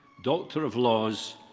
doctor of laws,